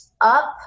up